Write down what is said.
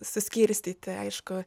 suskirstyti aišku